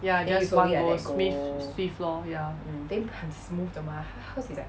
ya just one go swift swift lor ya